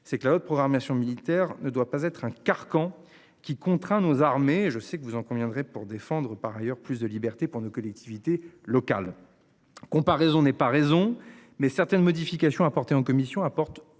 C'est Claude programmation militaire ne doit pas être un carcan qui contraint nos armées et je sais que vous en conviendrez pour défendre par ailleurs plus de liberté pour nos collectivités locales. Comparaison n'est pas raison mais certaines modifications apportées en commission apporte